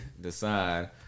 decide